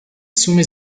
soumet